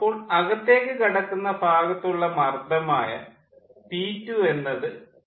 അപ്പോൾ അകത്തേക്ക് കടക്കുന്ന ഭാഗത്തുള്ള മർദ്ദമായ ആയ പി 2 എന്നത് പി6 നോട് സമമാണ്